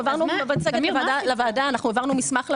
העברנו מצגת לוועדה, העברנו מסמך לוועדה.